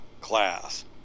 class